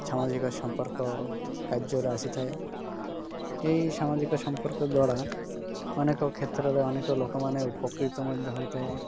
ସାମାଜିକ ସମ୍ପର୍କ କାର୍ଯ୍ୟରେ ଆସିଥାଏ ଏହି ସାମାଜିକ ସମ୍ପର୍କ ଦ୍ୱାରା ଅନେକ କ୍ଷେତ୍ରରେ ଅନେକ ଲୋକମାନେ ଉପକୃତ ମଧ୍ୟ ହୋଇଥାଏ